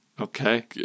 Okay